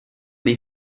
dei